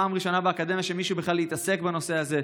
פעם ראשונה באקדמיה שמישהו בכלל התעסק בנושא זה,